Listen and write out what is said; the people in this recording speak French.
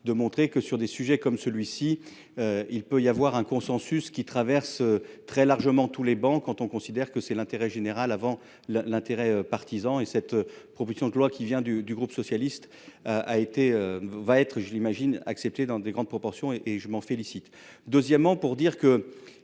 de montrer que sur des sujets comme celui-ci. Il peut y avoir un consensus qui traverse très largement tous les banques, quand on considère que c'est l'intérêt général avant l'intérêt partisan et cette proposition de loi qui vient du du groupe socialiste a été va être je l'imagine accepté dans des grandes proportions et et je m'en félicite. Deuxièmement, pour dire que